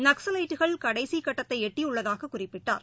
நக்ஸலைட்டுகள் கடைசிகட்டத்தைஎட்டியுள்ளதாகக் குறிப்பிட்டா்